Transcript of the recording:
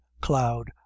cloud